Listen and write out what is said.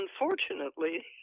unfortunately